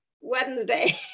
Wednesday